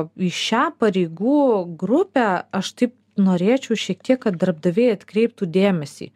į šią pareigų grupę aš taip norėčiau šiek tiek kad darbdaviai atkreiptų dėmesį